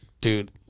dude